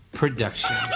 production